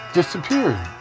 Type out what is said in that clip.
disappeared